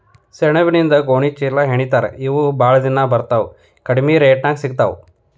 ಸೆಣಬಿನಿಂದ ಗೋಣಿ ಚೇಲಾಹೆಣಿತಾರ ಇವ ಬಾಳ ದಿನಾ ಬರತಾವ ಕಡಮಿ ರೇಟದಾಗ ಸಿಗತಾವ